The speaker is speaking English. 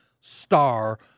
star